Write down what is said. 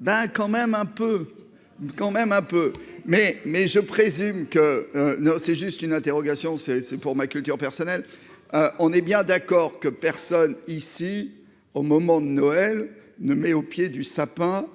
d'un quand même un peu. Quand même un peu mais mais je présume que c'est juste une interrogation c'est : c'est pour ma culture personnelle, on est bien d'accord que personne ici au moment de Noël ne met au pied du sapin